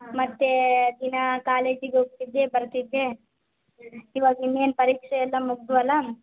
ಮತ್ತು ದಿನಾ ಕಾಲೇಜಿಗೆ ಹೋಗ್ತಿದ್ದೆ ಬರ್ತಿದ್ದೆ ಇವಾಗ ಇನ್ನೇನು ಪರೀಕ್ಷೆ ಎಲ್ಲ ಮುಗ್ದ್ವಲ್ಲ